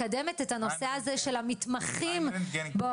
מקדמת את הנושא הזה של המתחמים בפסיכולוגיה